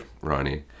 Ronnie